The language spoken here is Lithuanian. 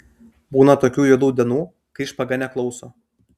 būna tokių juodų dienų kai špaga neklauso